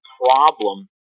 problem